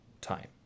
time